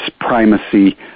primacy